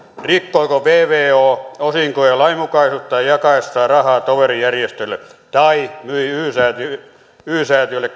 rikkoiko vvo osinkojen lainmukaisuutta jakaessaan rahaa toverijärjestölle kun myi y säätiölle y säätiölle